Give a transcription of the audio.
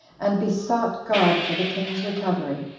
and besought god for the king's recovery.